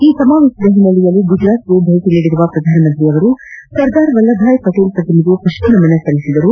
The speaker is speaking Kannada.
ಈ ಸಮಾವೇಶದ ಹಿನ್ವೆಲೆಯಲ್ಲಿ ಗುಜರಾತ್ಗೆ ಭೇಟಿ ನೀಡಿರುವ ಪ್ರಧಾನಮಂತ್ರಿಗಳು ಸರ್ದಾರ್ ವಲ್ಲಭ್ಬಾಯ್ ಪಟೀಲ್ ಪ್ರತಿಮೆಗೆ ಪುಷ್ಪನಮನ ಸಲ್ಲಿಸಿದರು